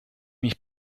mich